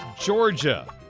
Georgia